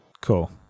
Cool